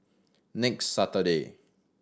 next Saturday